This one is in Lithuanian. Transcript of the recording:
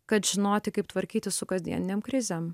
kad žinoti kaip tvarkytis su kasdieninėm krizėm